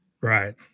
Right